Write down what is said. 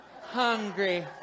Hungry